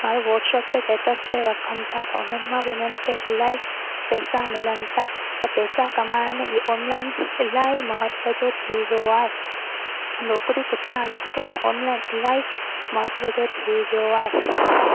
माण्हूं वर्कशॉप ते स्टेटस में रखनि था त उन्हनि मां उन्हनि खे इलाही पैसा मिलनि था त पैसा कमाइण में इहे ओनलाइन इलाही महत्व जो थी वियो आहे नौकरियूं पुठियां हलंदियूं थी थियनि ओनलाइन इलाही महत्व जो थी वियो आहे